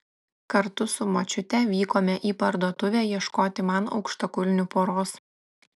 kartu su močiute vykome į parduotuvę ieškoti man aukštakulnių poros